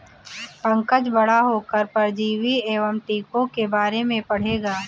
पंकज बड़ा होकर परजीवी एवं टीकों के बारे में पढ़ेगा